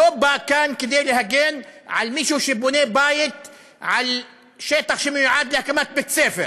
לא בא כאן להגן על מישהו שבונה בית על שטח שמיועד להקמת בית-ספר